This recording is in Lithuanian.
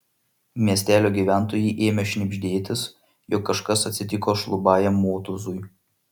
miestelio gyventojai ėmė šnibždėtis jog kažkas atsitiko šlubajam motūzui